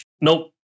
nope